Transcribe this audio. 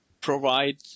provide